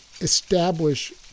establish